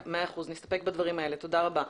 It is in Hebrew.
נסתפק בדברים האלה, תודה רבה.